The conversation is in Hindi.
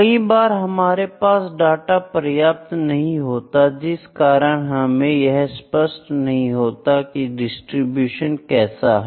कई बार हमारे पास डाटा पर्याप्त नहीं होता जिस कारण हमें यह स्पष्ट नहीं होता कि डिस्ट्रीब्यूशन कैसा है